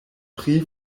pri